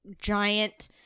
giant